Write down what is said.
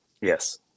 Yes